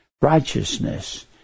righteousness